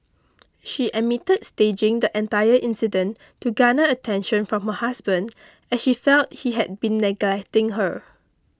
she admitted staging the entire incident to garner attention from her husband as she felt he had been neglecting her